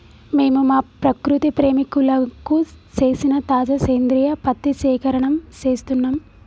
మేము మా ప్రకృతి ప్రేమికులకు సేసిన తాజా సేంద్రియ పత్తి సేకరణం సేస్తున్నం